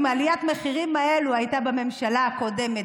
אם עליית המחירים הזאת הייתה בממשלה הקודמת